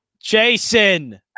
Jason